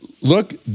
look